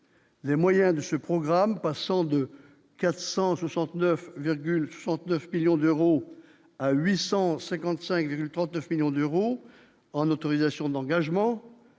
Les moyens de ce programme, passant de 469 virgule 109 millions d'euros à 855,39 millions d'euros en autorisation d'engagement